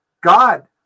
God